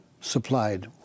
supplied